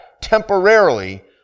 temporarily